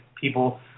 people